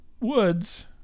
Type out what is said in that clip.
woods